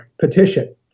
petition